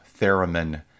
Theremin